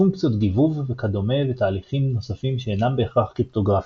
פונקציות גיבוב וכדומה ותהליכים נוספים שאינם בהכרח קריפטוגרפיים.